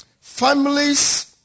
Families